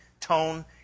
tone